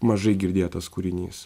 mažai girdėtas kūrinys